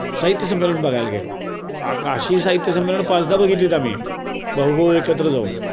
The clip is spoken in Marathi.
साहित्यसंंमेलन बघायला गेलो अशी साहित्य संंमेलनं पाचदा बघितली आहेत आम्ही भाऊभाऊ एकत्र जाऊन